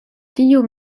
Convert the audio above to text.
tio